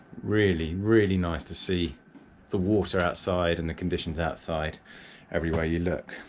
really, really nice to see the water outside and the conditions outside everywhere you look,